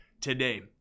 today